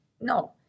No